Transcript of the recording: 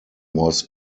was